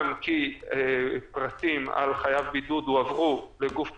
כי פרטים על חייב בידוד הועברו לגוף פרטי,